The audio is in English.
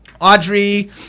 audrey